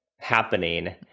happening